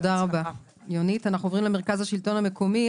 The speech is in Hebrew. נעבור למרכז השלטון המקומי.